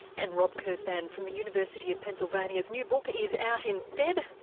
and rob kurzban from the university of pennsylvania's new book is out in feb,